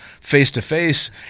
face-to-face